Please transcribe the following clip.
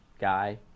guy